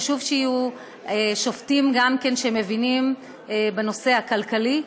חשוב שיהיו שופטים שמבינים בנושא הכלכלי,